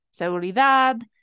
seguridad